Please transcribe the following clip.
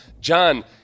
John